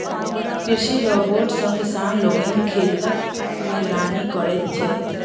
कृषि रोबोट सॅ किसान लोकनि खेतक निगरानी करैत छथि